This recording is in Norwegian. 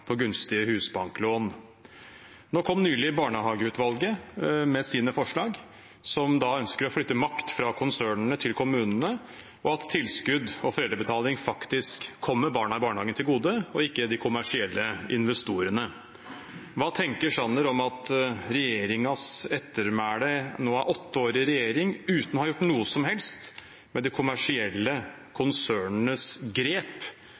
gunstige husbanklån. Nylig kom barnehageutvalget med sine forslag. De ønsker å flytte makt fra konsernene til kommunene, og at tilskudd og foreldrebetaling faktisk kommer barna i barnehagen til gode, ikke de kommersielle investorene. Hva tenker Sanner om regjeringens ettermæle når de har hatt åtte år i regjering uten å ha gjort noe som helst med de kommersielle konsernenes grep